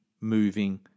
moving